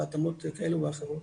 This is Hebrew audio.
בהתאמות כאלה או אחרות.